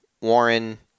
Warren